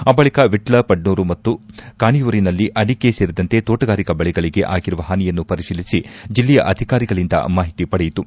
ಆ ಬಳಿಕ ವಿಟ್ಲ ಪಡ್ನೂರು ಮತ್ತು ಕಾಣಿಯೂರಿನಲ್ಲಿ ಅಡಿಕೆ ಸೇರಿದಂತೆ ತೋಟಗಾರಿಕಾ ಬೆಳೆಗಳಿಗೆ ಆಗಿರುವ ಹಾನಿಯನ್ನು ಪರಿಶೀಲಿಸಿ ಜೆಲ್ಲೆಯ ಅಧಿಕಾರಿಗಳಿಂದ ಮಾಹಿತಿ ಪಡೆಯಿತು